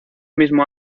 mismo